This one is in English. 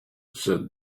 said